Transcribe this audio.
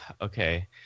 okay